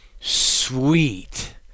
sweet